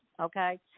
okay